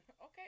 Okay